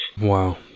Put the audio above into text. Wow